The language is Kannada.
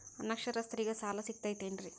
ಅನಕ್ಷರಸ್ಥರಿಗ ಸಾಲ ಸಿಗತೈತೇನ್ರಿ?